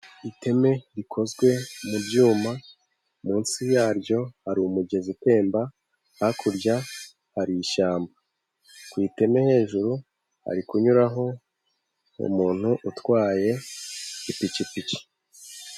Iteme rikozwe mu byuma, munsi yaryo hari umugezi utemba, hakurya hari ishyamba, ku iteme hejuru hari kunyuraho umuntu utwaye ipikipiki.